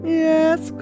yes